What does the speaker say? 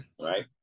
Right